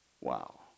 Wow